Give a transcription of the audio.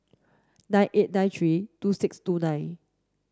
nine eight nine three two six two nine